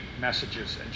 messages